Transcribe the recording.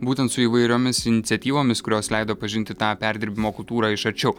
būtent su įvairiomis iniciatyvomis kurios leido pažinti tą perdirbimo kultūrą iš arčiau